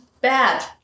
bad